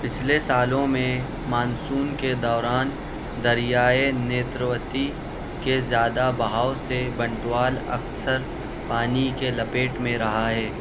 پچھلے سالوں میں مانسون کے دوران دریائے نیتروتی کے زیادہ بہاو سے بنٹوال اکثر پانی کے لپیٹ میں رہا ہے